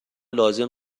لازم